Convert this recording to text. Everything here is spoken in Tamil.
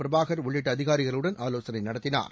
பிரபாகர் உள்ளிட்ட அதிகாரிகளுடன் ஆலோசனை நடத்தினார்